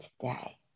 today